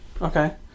Okay